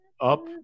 up